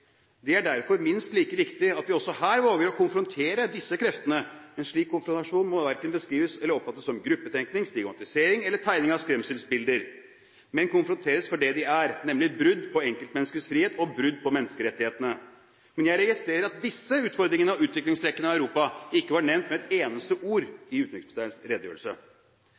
Det er derfor minst like viktig at vi også her våger å konfrontere disse kreftene. En slik konfrontasjon må verken beskrives eller oppfattes som gruppetenkning, stigmatisering eller tegning av skremselsbilder, men konfronteres for det de er, nemlig brudd på enkeltmenneskets frihet og brudd på menneskerettighetene. Men jeg registrerer at disse utfordringene og utviklingstrekkene i Europa ikke var nevnt med et eneste ord i utenriksministerens redegjørelse.